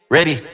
Ready